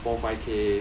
four five K